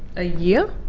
a year?